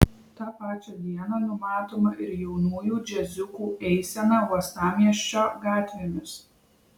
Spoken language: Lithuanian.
tą pačią dieną numatoma ir jaunųjų džiaziukų eisena uostamiesčio gatvėmis